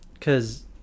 Cause